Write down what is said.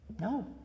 No